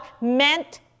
meant